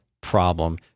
problem